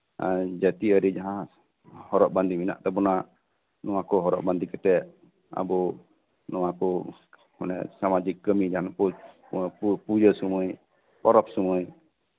ᱮᱸ ᱡᱟᱹᱛᱤ ᱟᱨᱤ ᱡᱟᱦᱟᱸ ᱦᱚᱨᱚᱜ ᱵᱟᱸᱫᱮ ᱢᱮᱱᱟᱜ ᱛᱟᱵᱚᱱᱟ ᱱᱚᱣᱟ ᱠᱚ ᱦᱚᱨᱚᱜ ᱵᱟᱸᱫᱮ ᱠᱟᱛᱮ ᱟᱵᱚ ᱱᱚᱣᱟ ᱠᱚ ᱢᱟᱱᱮ ᱥᱟᱢᱟᱡᱤᱠ ᱠᱟᱢᱤ ᱠᱚ ᱡᱟᱱ ᱵᱩᱡ ᱢᱟᱱᱮ ᱯᱩᱡᱟᱹ ᱥᱚᱢᱚᱭ ᱯᱚᱨᱚᱵ ᱥᱚᱢᱚᱭ